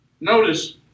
Notice